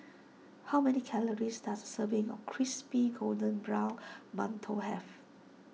how many calories does a serving of Crispy Golden Brown Mantou have